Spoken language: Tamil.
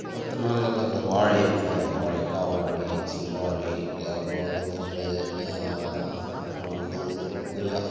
மற்ற நாள்லலாம் இந்த வாழை இருக்குல்லையா வாழை காவாழை செவ்வாழை அப்புறம் வந்து நெல் அப்புறம் வந்து இது கொய்யா